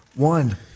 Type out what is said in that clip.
One